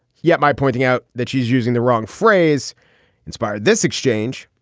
yet my pointing out that she's using the wrong phrase inspired this exchange.